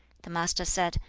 the master said,